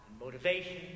motivation